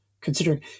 considering